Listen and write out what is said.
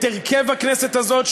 את הרכב הכנסת הזאת,